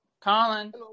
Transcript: Colin